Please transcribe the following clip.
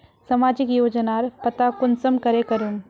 सामाजिक योजनार पता कुंसम करे करूम?